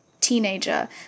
teenager